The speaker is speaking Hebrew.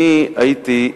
אני הייתי,